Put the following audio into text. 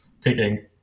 picking